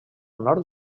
nord